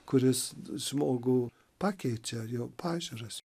kuris žmogų pakeičia jo pažiūras